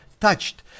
touched